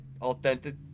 authentic